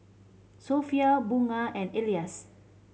Sofea Bunga and Elyas